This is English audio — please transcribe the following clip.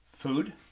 Food